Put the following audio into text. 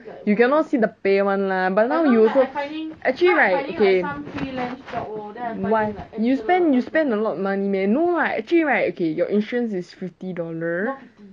you cannot see the pay [one] lah but know you also okay actually you spend you spend a lot money meh no [what] actually right okay your insurance is fifty dollar